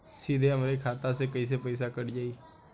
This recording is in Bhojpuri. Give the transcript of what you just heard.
सीधे हमरे खाता से कैसे पईसा कट जाई?